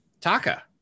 taka